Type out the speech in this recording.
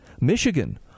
Michigan